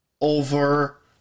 over